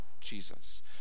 Jesus